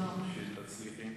שתצליחי.